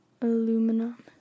aluminum